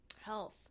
Health